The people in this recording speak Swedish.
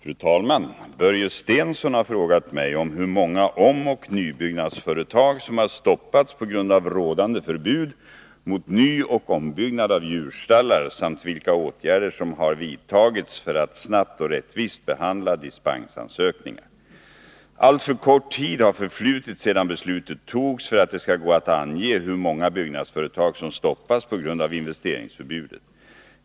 Fru talman! Börje Stensson har frågat mig om hur många omoch nybyggnadsföretag som har stoppats på grund av rådande förbud mot nyoch ombyggnad av djurstallar samt vilka åtgärder som har vidtagits för att snabbt och rättvist behandla dispensansökningar. Alltför kort tid har förflutit sedan beslutet togs, för att det skall gå att ange hur många byggnadsföretag som stoppats på grund av investeringsförbudet.